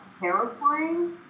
terrifying